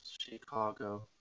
Chicago